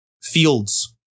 Fields